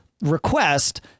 request